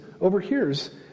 overhears